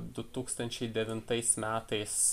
du tūkstančiai devintais metais